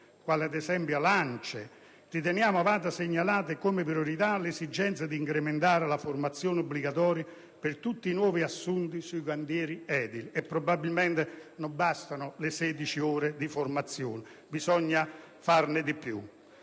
edili), riteniamo vada segnalata come prioritaria l'esigenza di incrementare la formazione obbligatoria per tutti i nuovi assunti su cantieri edili, per cui probabilmente non bastano le 16 ore di formazione, ma bisogna farne di più.